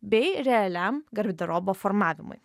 bei realiam garderobo formavimui